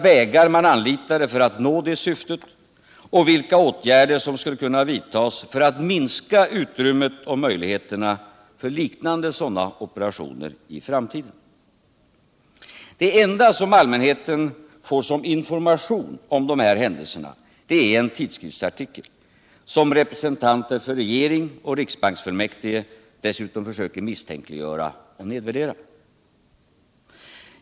— Det handlar ju i sista hand om kapital och värden som skapats genom de lönearbetandes insatser, och därför anser vi att en sådan vetorätt är självklar. Det här är. herr talman. enkla och raka krav, som också förts fram av fackliga organisationer.